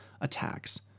attacks